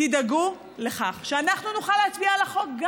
תדאגו לכך שגם אנחנו נוכל להצביע על החוק.